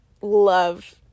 love